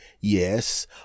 Yes